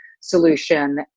solution